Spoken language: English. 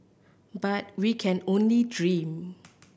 but we can only dream